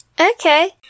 Okay